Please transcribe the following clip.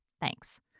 thanks